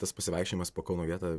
tas pasivaikščiojimas po kauno getą